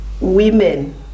women